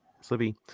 Slippy